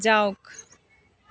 যাওক